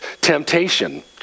temptation